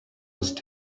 must